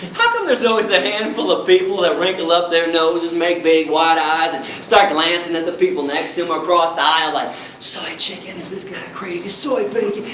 how come there so is always a handful of people that wrinkle up their noses, make big wide eyes, and start glancing at the people next to them or across the aisle like soy chicken, is this guy crazy? soy